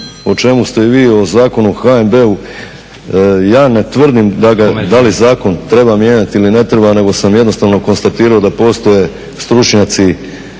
o čemu ste i vi o Zakonu o HNB-u. Ja ne tvrdim da li zakon treba mijenjati ili ne treba nego sam jednostavno konstatirao da postoje stručnjaci